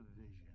vision